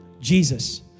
Jesus